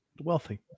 Wealthy